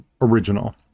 original